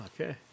okay